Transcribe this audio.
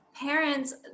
parents